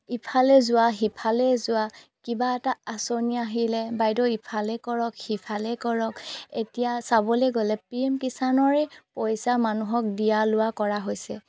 ইফালে যোৱা সিফালে যোৱা কিবা এটা আঁচনি আহিলে বাইদেউ ইফালে কৰক সিফালে কৰক এতিয়া চাবলে গ'লে পি এম কিছানৰে পইচা মানুহক দিয়া লোৱা কৰা হৈছে